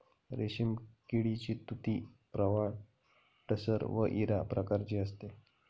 रेशीम किडीची तुती प्रवाळ टसर व इरा प्रकारची असते